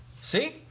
See